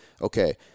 okay